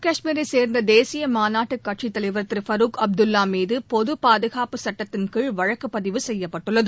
கஷ்மீரைச் சேர்ந்ததேசியமாநாட்டுக் கட்சித் ஜம்மு தலைவர் திரு ஃபருக் அப்துல்லாமீதபொதுபாதுகாப்பு சட்டத்தின் கீழ் வழக்குப் பதிவு செய்யப்பட்டுள்ளது